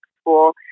school